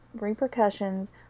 repercussions